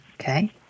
Okay